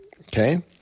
Okay